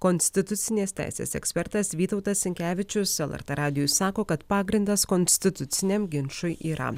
konstitucinės teisės ekspertas vytautas sinkevičius lrt radijui sako kad pagrindas konstituciniam ginčui yra